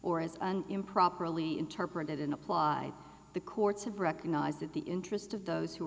or is improperly interpreted and applied the courts have recognized that the interests of those who